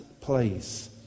place